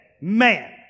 Man